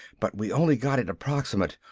but we only got it approximate.